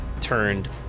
turned